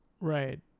right